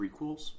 prequels